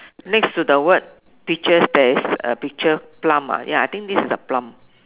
next to the word peaches there is a picture plum ah ya I think this is a plum